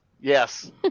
Yes